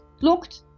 looked